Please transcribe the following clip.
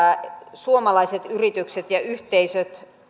suomalaiset yritykset ja yhteisöt